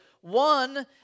One